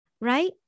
right